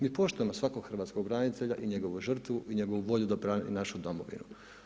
Mi poštujemo svakog hrvatskog branitelja i njegovu žrtvu i njegovu volju da brani našu domovinu.